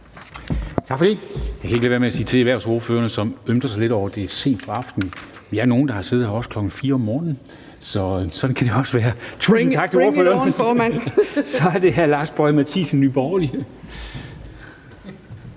Tak for det. Jeg kan ikke lade være med at sige til erhvervsordførerne, som ømmer sig lidt over, at det er sent på aftenen: Vi er nogle, der har siddet her også kl. 4 om morgenen, sådan kan det også være. (Mona Juul (KF): Bring it on, formand!). Så er det hr. Lars Boje Mathiesen, Nye Borgerlige.